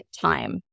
time